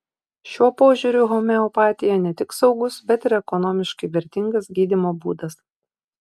šiuo požiūriu homeopatija ne tik saugus bet ir ekonomiškai vertingas gydymo būdas